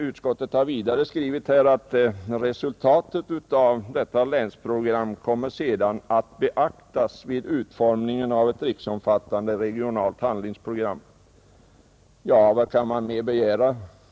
Utskottet har vidare skrivit att resultatet av detta arbete skall beaktas vid utformningen av det riksomfattande regionala handlingsprogram som föreläggs riksdagen 1972. Ja, vad kan mar. mer begära?